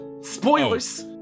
Spoilers